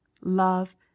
love